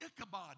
Ichabod